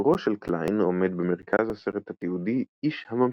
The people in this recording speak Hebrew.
סיפורו של קליין עומד במרכז הסרט התיעודי "איש הממתקים".